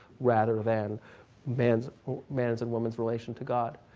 rather than man's man's and woman's relation to god.